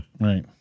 right